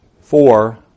four